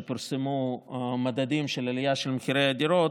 שאז פורסמו המדדים של העלייה של מחירי הדירות,